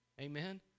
Amen